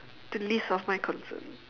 the least of my concern